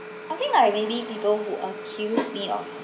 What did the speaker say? I think like maybe people who accuse me of